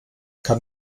kann